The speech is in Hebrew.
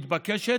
מתבקשת.